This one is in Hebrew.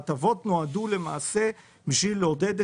ההטבות נועדו למעשה בשביל לעודד.